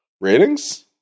Ratings